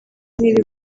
niba